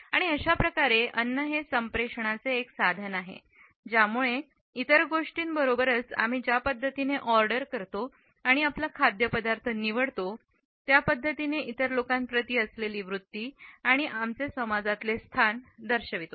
आणि अशाप्रकारे अन्न हे संप्रेषणाचे एक साधन आहे ज्यामुळे इतर गोष्टींबरोबरच आम्ही ज्या पद्धतीने ऑर्डर करतो आणि आपला खाद्यपदार्थ निवडतो त्या पद्धतीने इतर लोकांप्रती असलेली वृत्ती आणि आमचे समाजातले स्थान दर्शन शकतो